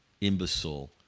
imbecile